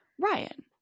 Ryan